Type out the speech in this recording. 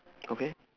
okay